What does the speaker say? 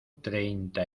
treinta